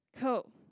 Cool